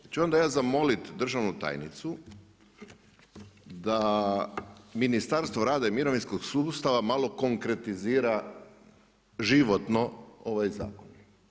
Onda ću ja zamoliti državnu tajnicu da Ministarstvo rada i mirovinskog sustava malo konkretizira životno ovaj zakon.